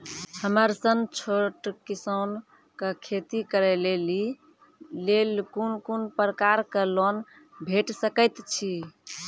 हमर सन छोट किसान कअ खेती करै लेली लेल कून कून प्रकारक लोन भेट सकैत अछि?